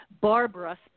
Barbara